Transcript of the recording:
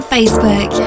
Facebook